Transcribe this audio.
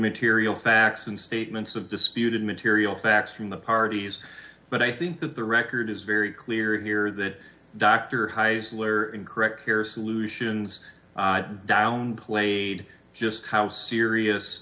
material facts and statements of disputed material facts from the parties but i think that the record is very clear here that dr high's layer in correct care solutions downplayed just how serious